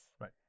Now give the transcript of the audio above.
Right